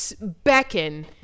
beckon